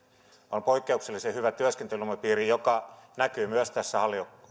oli poikkeuksellisen hyvä työskentelyilmapiiri joka näkyy myös tässä